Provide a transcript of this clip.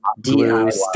DIY